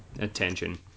attention